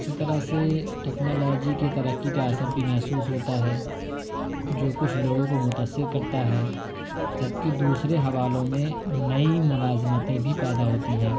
اسی طرح سے ٹکنالوجی کے ترقی کا اثر بھی محسوس ہوتا ہے جو کچھ لوگوں کو متاثر کرتا ہے جب کہ دوسرے حوالوں میں نئی ملازمتیں بھی پیدا ہوتی ہیں